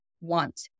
want